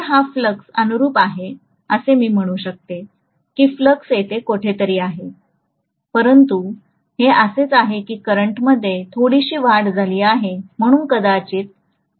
तर हा फ्लक्स अनुरुप आहे मी असे म्हणू शकते की फ्लक्स येथे कुठेतरी आहे परंतु हे असेच आहे की करंटमध्ये थोडीशी वाढ झाली आहे म्हणून कदाचित माझ्याकडे असे वक्र असेल